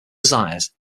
desires